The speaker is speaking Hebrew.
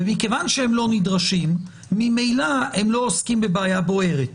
מכיוון שהם לא נדרשים ממילא הם לא עוסקים בבעיה בוערת,